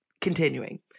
continuing